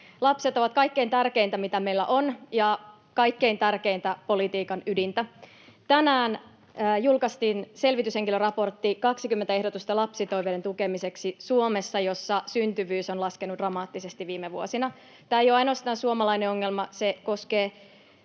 Lapset ovat kaikkein tärkeintä, mitä meillä on, ja kaikkein tärkeintä politiikan ydintä. Tänään julkaistiin selvityshenkilön raportti ”20 ehdotusta lapsitoiveiden tukemiseksi”, Suomessa, jossa syntyvyys on laskenut dramaattisesti viime vuosina. Tämä ei ole ainoastaan suomalainen ongelma, vaan se koskee